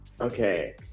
okay